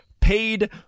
paid